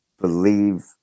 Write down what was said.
believe